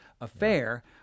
affair